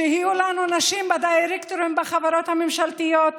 שיהיו לנו נשים בדירקטורים בחברות הממשלתיות